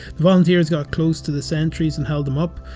the volunteers got close to the sentries and held them up,